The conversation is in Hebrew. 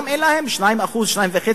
היום אין להם, 2.5%-2%.